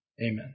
amen